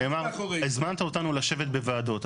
גם נאמר, הזמנת אותנו לשבת בוועדות.